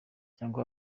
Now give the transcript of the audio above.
cyangwa